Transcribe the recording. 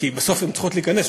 כי בסוף הן צריכות להיכנס,